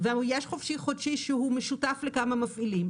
ויש חופשי-חודשי שהוא משותף לכמה מפעילים.